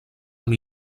amb